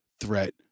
threat